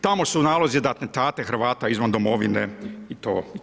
Tamo su nalozi da atentate Hrvata izvan Domovine i to.